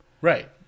Right